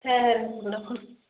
হ্যাঁ হ্যাঁ রাখুন রাখুন